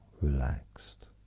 relaxed